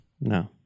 No